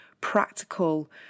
practical